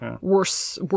worse